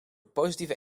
positieve